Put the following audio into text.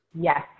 yes